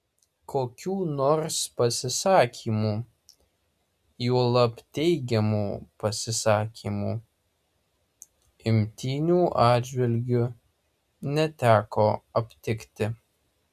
kokių nors pasisakymų juolab teigiamų pasisakymų imtynių atžvilgiu neteko aptikti